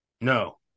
No